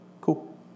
Cool